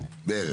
בערך.